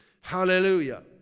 Hallelujah